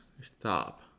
stop